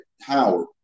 Howard